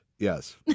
Yes